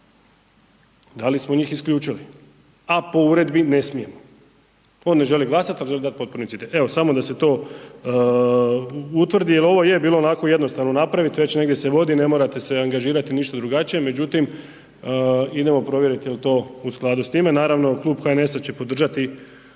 Da li smo njih isključili a po uredbi ne smijemo? On ne želi glasati ali želi dat potporu inicijativi. Evo samo da se to utvrdi jer ovo je bilo onako jednostavno napraviti, već negdje se vodi, ne morate se angažirati ništa drugačije međutim idemo provjeriti je li to u skladu s time. Naravno, klub HNS-a će podržati